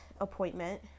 appointment